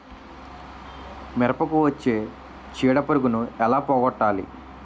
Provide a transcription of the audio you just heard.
మిరపకు వచ్చే చిడపురుగును ఏల పోగొట్టాలి?